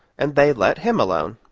and they let him alone.